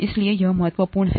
इसलिए यह महत्वपूर्ण है